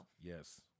yes